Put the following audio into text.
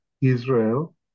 Israel